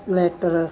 lighter